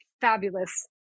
fabulous